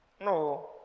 No